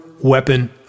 weapon